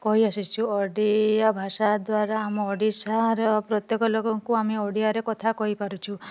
କହି ଆସିଛୁ ଓଡ଼ିଆ ଭାଷା ଦ୍ୱାରା ଆମ ଓଡ଼ିଶାର ପ୍ରତ୍ୟେକ ଲୋକଙ୍କୁ ଆମେ ଓଡ଼ିଆରେ କଥା କହିପାରିଛୁ